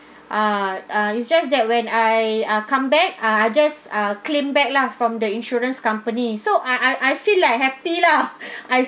ah ah it's just that when I ah come back ah I just ah claim back lah from the insurance company so I I I feel like happy lah I